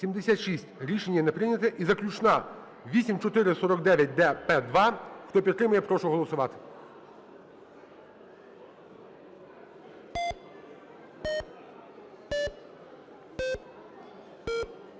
За-76 Рішення не прийнято. І заключна 8449-д-П2. Хто підтримує, прошу голосувати.